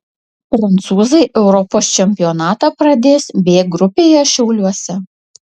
prancūzai europos čempionatą pradės b grupėje šiauliuose